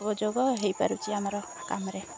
ସହଯୋଗ ହୋଇପାରୁଛି ଆମର କାମରେ